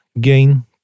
GAIN